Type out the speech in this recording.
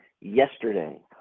yesterday